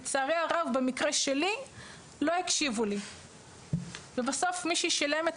לצערי הרב במקרה שלי לא הקשיבו לי ובסוף מי ששילם את